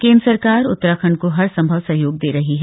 केन्द्र सरकार उत्तराखण्ड को हर सम्भव सहयोग दे रही है